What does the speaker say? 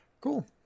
Cool